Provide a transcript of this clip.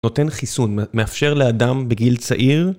נותן חיסון, מאפשר לאדם בגיל צעיר.